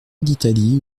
d’italie